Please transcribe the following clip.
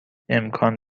امکان